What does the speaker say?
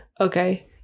Okay